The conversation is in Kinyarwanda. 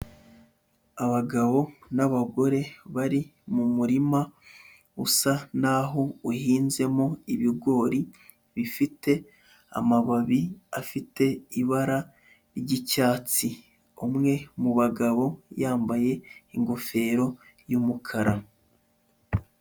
Abagabo n'abagore bari mu murima usa n'aho uhinzemo ibigori bifite amababi afite ibara ry'icyatsi, umwe mu bagabo yambaye ingofero y'umukara.